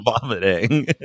vomiting